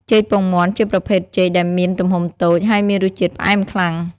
ចេកពងមាន់ ជាប្រភេទចេកដែលមានទំហំតូច ហើយមានរសជាតិផ្អែមខ្លាំង។